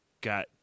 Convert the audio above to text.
got